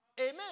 Amen